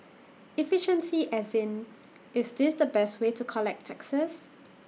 efficiency as in is this the best way to collect taxes